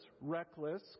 reckless